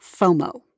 fomo